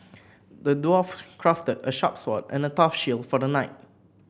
the dwarf crafted a sharp sword and a tough shield for the knight